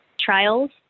trials